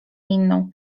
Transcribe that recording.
inną